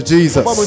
Jesus